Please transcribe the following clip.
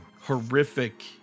horrific